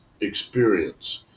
experience